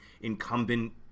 incumbent